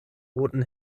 roten